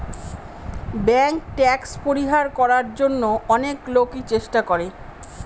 bank tax পরিহার করার জন্য অনেক লোকই চেষ্টা করে